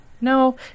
no